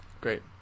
Great